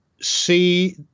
see